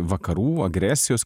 vakarų agresijos